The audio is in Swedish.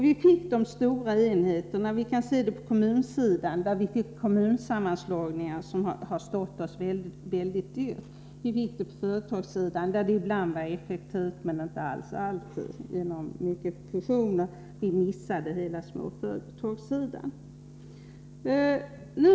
Vi fick stora enheter, t.ex. på kommunsidan genom kommunsammanslagningarna, som har stått oss mycket dyrt. Vi fick det på företagssidan, genom många fusioner, där det ibland var effektivt men absolut inte alltid — vi missade hela småföretagssidan.